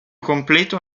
completo